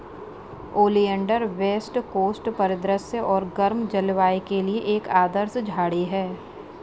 oleander west coast परिदृश्य और गर्म जलवायु के लिए एक आदर्श झाड़ी है